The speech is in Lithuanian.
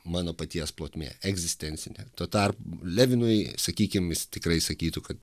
mano paties plotmė egzistencinė tuo tarp levinui sakykim jis tikrai sakytų kad